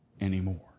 anymore